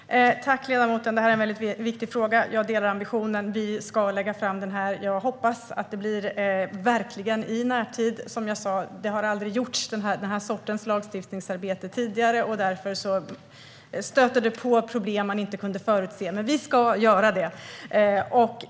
Herr talman! Tack, ledamoten! Det här är en väldigt viktig fråga. Jag delar ambitionen. Vi ska lägga fram ett lagförslag. Jag hoppas verkligen att det blir i närtid. Som jag sa har den här sortens lagstiftningsarbete aldrig gjorts tidigare. Därför stöter det på problem som man inte kunde förutse. Men vi ska göra det.